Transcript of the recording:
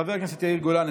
חבר הכנסת יאיר גולן,